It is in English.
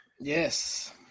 Yes